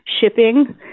shipping